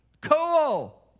Cool